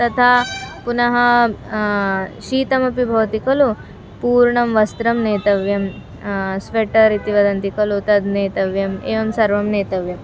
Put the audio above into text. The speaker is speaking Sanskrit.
तथा पुनः शीतलमपि भवति खलु पूर्णं वस्त्रं नेतव्यं स्वेटर् इति वदन्ति खलु तद् नेतव्यम् एवं सर्वं नेतव्यम्